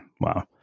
Wow